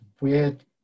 weird